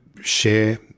share